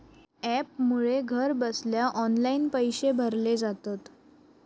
ॲपमुळे घरबसल्या ऑनलाईन पैशे भरले जातत